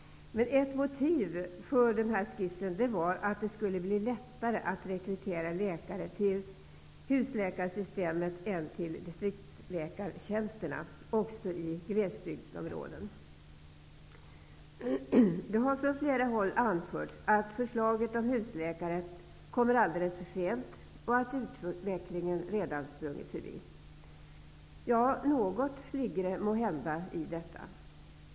Men ett motiv för denna skiss var att det skulle bli lättare att rekrytera läkare till husläkarsystemet än till distriktsläkartjänsterna, också i glesbygdsområden. Det har från flera håll anförts att förslaget om husläkare kommer alldeles för sent och att utvecklingen redan har sprungit förbi. Något ligger det måhända i detta.